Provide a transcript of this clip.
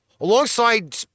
Alongside